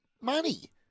money